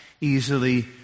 easily